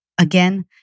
again